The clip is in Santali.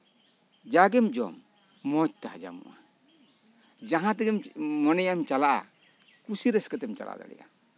ᱡᱟᱜᱮᱢ ᱡᱚᱢᱟ ᱢᱚᱸᱡᱛᱮ ᱦᱟᱡᱚᱢᱚᱜᱼᱟ ᱡᱟᱸᱦᱟ ᱛᱮᱜᱮᱢ ᱢᱚᱱᱮᱭᱟ ᱪᱟᱞᱟᱜ ᱠᱩᱥᱤ ᱨᱟᱹᱥᱠᱟᱹ ᱛᱮᱢ ᱪᱟᱞᱟᱣ ᱫᱟᱲᱮᱭᱟᱜᱼᱟ